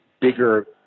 bigger